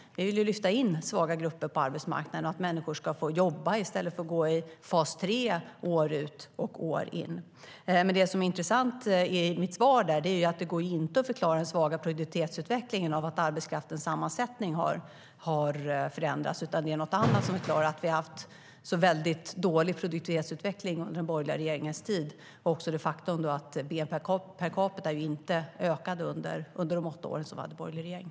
Tvärtom vill vi lyfta in svaga grupper på arbetsmarknaden, och vi vill att människor ska få jobba i stället för att gå i fas 3 år ut och år in. Det som är intressant i mitt svar är att det inte går att förklara den svaga produktivitetsutvecklingen med att arbetskraftens sammansättning har förändrats. Det är något annat som förklarar att vi har haft så dålig produktivitetsutveckling under den borgerliga regeringens tid och det faktum att bnp per capita inte ökade under de åtta år som vi hade en borgerlig regering.